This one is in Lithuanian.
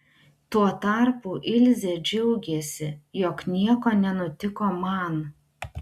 tuo tarpu ilzė džiaugėsi jog nieko nenutiko man